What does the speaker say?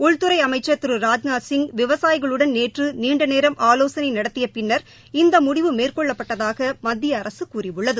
உள்துறை அமைச்சர் திரு ராஜ்நாத் சிங் விவசாயிகளுடன் நேற்று நீண்டநேரம் ஆலோசனை நடததிய பின்னர் இந்த முடிவு மேற்கொள்ளப்பட்டதாக மத்திய அரசு கூறியுள்ளது